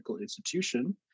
institution